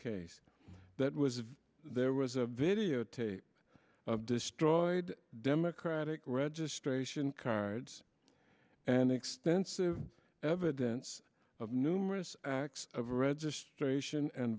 case that was there was a videotape of destroyed democratic registration cards and extensive evidence of numerous acts of registration and